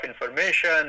information